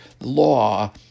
law